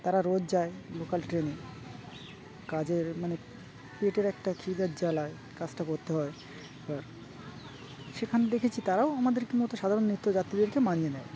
তারা রোজ যায় লোকাল ট্রেনে কাজের মানে পেটের একটা খিদের জ্বালায় কাজটা করতে হয় এবার সেখানে দেখেছি তারাও আমাদের মত সাধারণ নিত্যযাত্রীদেরকে মানিয়ে নেয়